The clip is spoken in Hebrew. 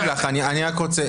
אתה סיימת?